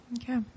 Okay